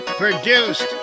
Produced